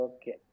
Okay